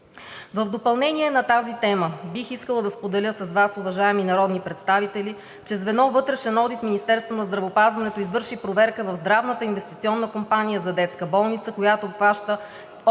В допълнение на тази тема бих искала да споделя с Вас, уважаеми народни представители, че звено „Вътрешен одит“ в Министерството на здравеопазването извърши проверка в Здравната инвестиционна компания за детска болница, която обхваща от периода